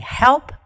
help